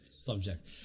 subject